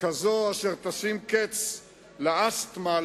אשר תשים קץ לאסתמה,